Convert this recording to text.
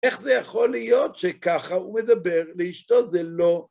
איך זה יכול להיות שככה הוא מדבר? לאשתו זה לא...